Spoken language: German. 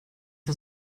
das